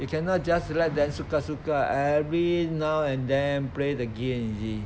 you cannot just let them suka suka every now and then play the game you see